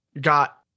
got